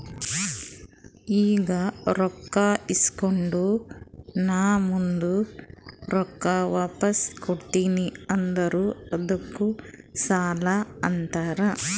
ಈಗ ರೊಕ್ಕಾ ಇಸ್ಕೊಂಡ್ ನಾ ಮುಂದ ರೊಕ್ಕಾ ವಾಪಸ್ ಕೊಡ್ತೀನಿ ಅಂದುರ್ ಅದ್ದುಕ್ ಸಾಲಾನೇ ಅಂತಾರ್